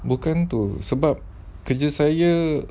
bukan tu sebab kerja saya